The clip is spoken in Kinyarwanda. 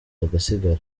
agasigara